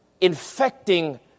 infecting